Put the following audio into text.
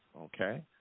okay